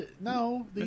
no